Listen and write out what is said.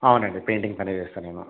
అవునండి పెయింటింగ్ పనే చేస్తా నేను